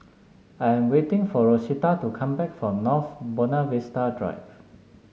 I am waiting for Rosita to come back from North Buona Vista Drive